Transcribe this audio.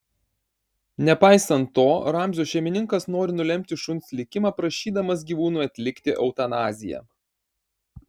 nepaisant to ramzio šeimininkas nori nulemti šuns likimą prašydamas gyvūnui atlikti eutanaziją